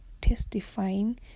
testifying